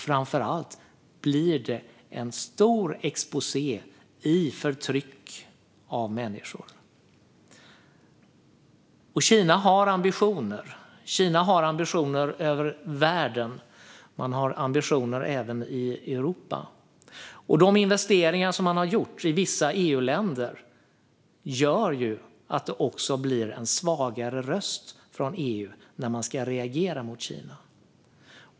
Framför allt blir det en stor exposé över förtryck av människor. Kina har ambitioner. Man har ambitioner över världen och även i Europa. De investeringar som Kina har gjort i vissa EU-länder gör att det också blir en svagare röst från EU när man ska reagera mot Kina.